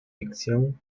ficción